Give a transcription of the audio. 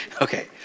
Okay